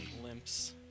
glimpse